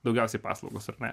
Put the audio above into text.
daugiausiai paslaugos ar ne